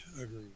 agree